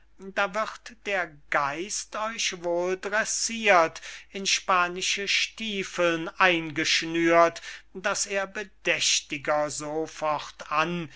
da wird der geist euch wohl dressirt in spanische stiefeln eingeschnürt daß er bedächtiger